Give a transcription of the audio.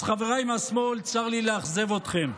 אז חבריי מהשמאל, צר לי לאכזב אתכם,